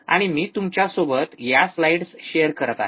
आणि मी तुमच्यासोबत या स्लाइड्स शेअर करत आहे